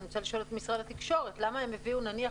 אני רוצה לשאול את משרד התקשורת: למה הם הביאו נניח,